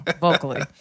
vocally